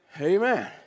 Amen